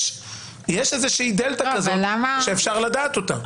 יש דלתא כזאת שאפשר לדעת אותה.